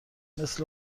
مثل